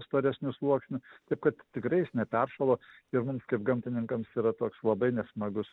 storesniu sluoksniu taip kad tikrai jis neperšalo ir mums kaip gamtininkams yra toks labai nesmagus